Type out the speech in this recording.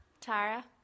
Tara